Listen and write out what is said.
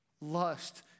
Lust